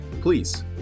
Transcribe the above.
Please